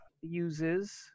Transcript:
uses